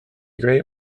great